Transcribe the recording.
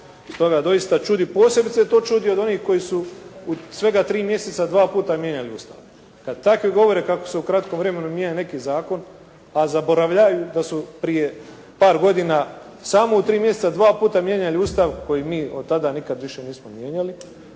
stoga doista čudi, posebice to čudi od onih koji su u svega 3 mjeseca 2 puta mijenjali Ustav, kad takvi govore kako se u kratkom vremenu mijenja neki zakon, a zaboravljaju da su prije par godina samo u tri mjeseca dva puta mijenjali Ustav koji mi od tada nikad više nismo mijenjali